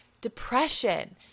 depression